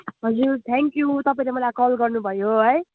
हजुर थ्याङ्क्यु तपाईँले मलाई कल गर्नुभयो है